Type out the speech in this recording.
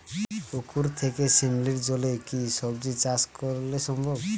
পুকুর থেকে শিমলির জলে কি সবজি চাষ সম্ভব?